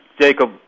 Jacob